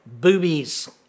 boobies